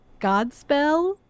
Godspell